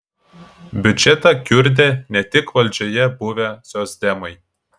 biudžetą kiurdė ne tik valdžioje buvę socdemai